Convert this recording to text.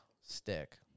stick